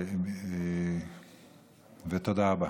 תודה רבה.